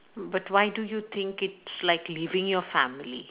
but why do you think it's like leaving your family